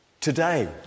today